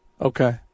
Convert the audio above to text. Okay